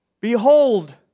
Behold